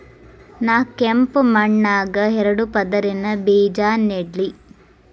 ನಾ ಕೆಂಪ್ ಮಣ್ಣಾಗ ಎರಡು ಪದರಿನ ಬೇಜಾ ನೆಡ್ಲಿ?